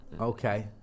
Okay